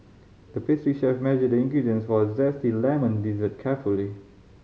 the pastry chef measured the ingredients was zesty lemon dessert carefully